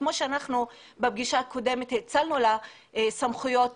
כמו שאנחנו בפגישה הקודמת האצלנו לה סמכויות